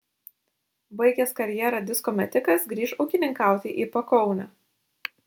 baigęs karjerą disko metikas grįš ūkininkauti į pakaunę